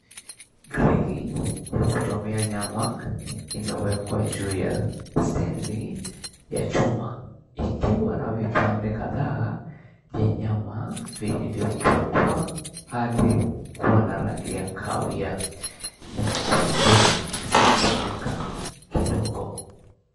Grilii ya kuchomea nyama imewekwa juu ya stendi ya chuma ikiwa na vipande kadhaa vya nyama vilivyopikwa na rangi ya kahawia, nyekudu na kuchomeka kidogo.